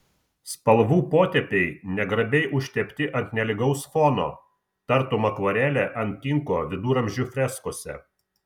spalvų potėpiai negrabiai užtepti ant nelygaus fono tartum akvarelė ant tinko viduramžių freskose